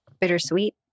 bittersweet